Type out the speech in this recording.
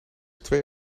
twee